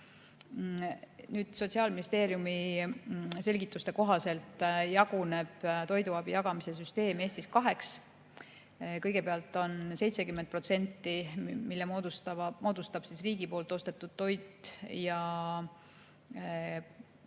Sotsiaalministeeriumi selgituste kohaselt jaguneb toiduabi jagamise süsteem Eestis kaheks. Kõigepealt on 70%, mille moodustab riigi poolt ostetud toit, ja 30%